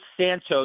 Santos